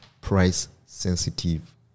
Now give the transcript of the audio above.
price-sensitive